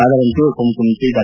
ಅದರಂತೆ ಉಪಮುಖ್ಯಮಂತ್ರಿ ಡಾ